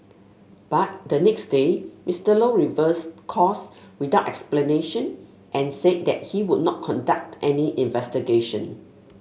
but the next day Mister Low reversed course without explanation and said that he would not conduct any investigation